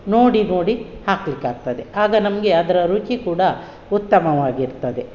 ನೋಡಿ ನೋಡಿ ಹಾಕಲಿಕ್ಕಾಗ್ತದೆ ಆಗ ನಮಗೆ ಅದರ ರುಚಿ ಕೂಡ ಉತ್ತಮವಾಗಿರ್ತದೆ